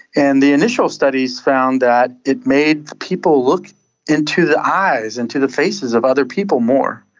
and the initial studies found that it made people look into the eyes, into the faces of other people more.